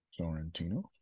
Sorrentino